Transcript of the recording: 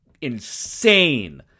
insane